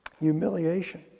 humiliation